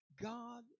God